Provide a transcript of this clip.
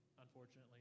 unfortunately